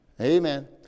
Amen